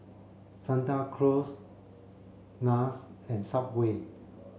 Santa Cruz NARS and Subway